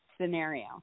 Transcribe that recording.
scenario